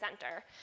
center